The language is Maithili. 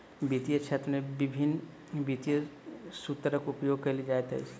वित्तीय क्षेत्र में विभिन्न वित्तीय सूत्रक उपयोग कयल जाइत अछि